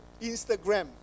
Instagram